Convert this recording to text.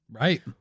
right